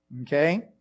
Okay